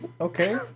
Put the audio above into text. okay